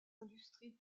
industries